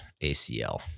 acl